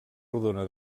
rodona